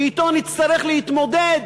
שאתו נצטרך להתמודד,